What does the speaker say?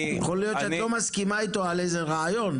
יכול להיות שאת לא מסכימה איתו על איזה רעיון,